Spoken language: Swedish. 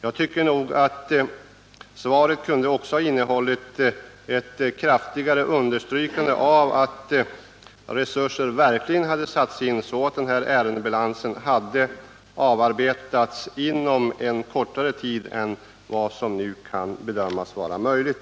Jag tycker nog att svaret kunde ha innehållit ett kraftigt understrykande av att resurser verkligen måste sättas in så att ärendebalansen arbetas av inom kortare tid än vad som nu kan bedömas vara möjligt.